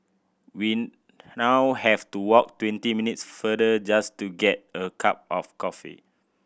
we now have to walk twenty minutes further just to get a cup of coffee